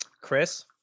Chris